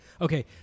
Okay